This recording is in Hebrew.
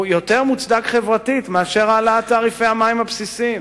הוא יותר מוצדק חברתית מאשר העלאת תעריפי המים הבסיסיים.